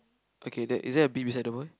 okay there is there a bee beside the boy